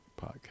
podcast